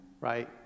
right